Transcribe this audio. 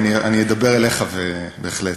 אני אדבר אליך, בהחלט,